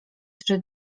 trzy